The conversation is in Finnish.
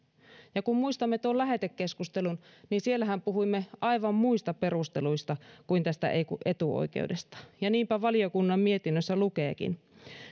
ja kun muistamme tuon lähetekeskustelun niin siellähän puhuimme aivan muista perusteluista kuin tästä etuoikeudesta ja niinpä valiokunnan lausunnossa lukeekin